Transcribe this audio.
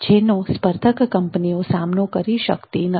જેનો સ્પર્ધક કંપનીઓ સામનો કરી શકતી નથી